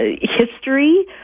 history